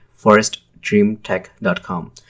forestdreamtech.com